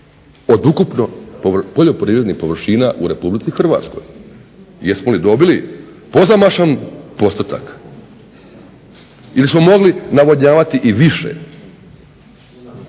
od ukupno poljoprivrednih površina u RH. Jesmo li dobili pozamašan postotak ili smo mogli navodnjavati i više?